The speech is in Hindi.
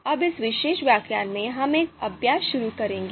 अब इस विशेष व्याख्यान में हम एक अभ्यास शुरू करेंगे